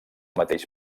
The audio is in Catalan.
mateix